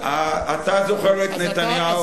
אתה זוכר את נתניהו,